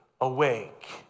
awake